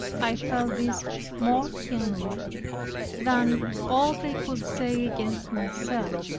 i felt this more keenly than all they could say against myself.